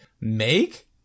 make